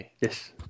Yes